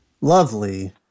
Lovely